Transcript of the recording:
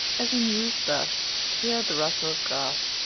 as he mused thus he heard the rustle of grass,